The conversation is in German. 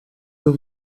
wir